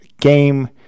game